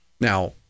Now